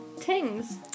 tings